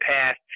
past